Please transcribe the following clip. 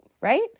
right